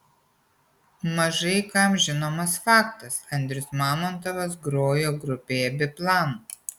mažai kam žinomas faktas andrius mamontovas grojo grupėje biplan